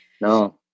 no